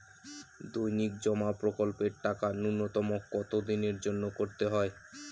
দৈনিক জমা প্রকল্পের টাকা নূন্যতম কত দিনের জন্য করতে হয়?